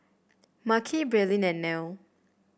Makhi Braelyn and Nelle